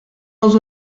els